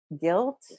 guilt